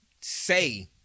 say